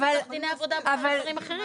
אז אני מתוך דיני עבודה בוחרת חוקים אחרים.